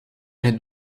het